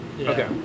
Okay